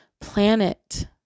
planet